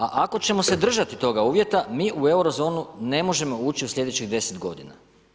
A ako ćemo se držati toga uvjeta mi u Eurozonu ne možemo ući u sljedećih deset godina.